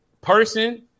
person